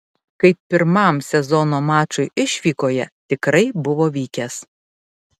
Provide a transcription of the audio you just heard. kaip pirmam sezono mačui išvykoje tikrai buvo vykęs